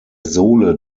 sohle